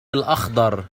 الأخضر